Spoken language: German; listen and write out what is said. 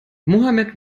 mohammed